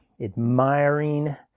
admiring